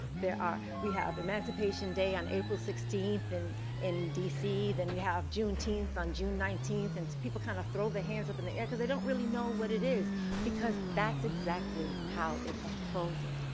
there are, we have emancipation day on april sixteenth and in dc then you have juneteenth on june nineteenth and people kind of throw their hands up in the air because they don't really know what it is because that's exactly how it unfolded.